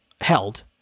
held